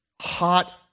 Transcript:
hot